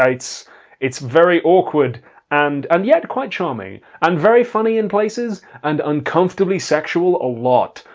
it's it's very awkward and and yet quite charming and very funny in places and uncomfortably sexual a lot.